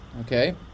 Okay